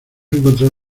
encontrar